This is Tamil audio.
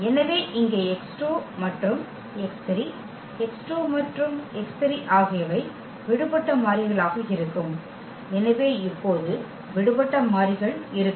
எனவே இங்கே x2 மற்றும் x3 x2 மற்றும் x3 ஆகியவை விடுபட்ட மாறிகளாக இருக்கும் எனவே இப்போது விடுபட்ட மாறிகள் இருக்கும்